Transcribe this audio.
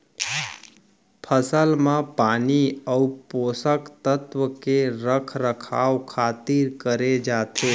फसल म पानी अउ पोसक तत्व के रख रखाव खातिर करे जाथे